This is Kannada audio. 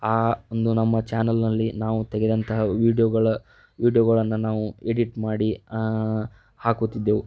ಆ ಒಂದು ನಮ್ಮ ಚಾನೆಲ್ನಲ್ಲಿ ನಾವು ತೆಗೆದಂತಹ ವೀಡಿಯೋಗಳ ವೀಡಿಯೋಗಳನ್ನು ನಾವು ಎಡಿಟ್ ಮಾಡಿ ಹಾಕುತ್ತಿದ್ದೆವು